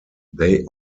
they